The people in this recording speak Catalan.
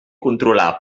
controlar